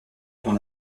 dont